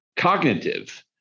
Cognitive